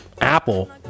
Apple